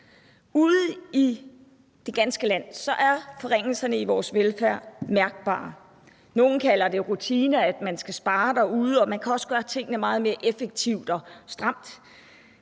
Ude i det ganske land er forringelserne af vores velfærd mærkbare. Nogle kalder det rutine, at man skal spare derude, og siger, at man også kan gøre tingene meget mere effektivt og stramt.